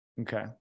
Okay